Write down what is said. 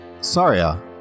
Saria